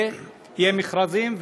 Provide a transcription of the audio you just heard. ויהיו מכרזים,